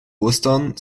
ostern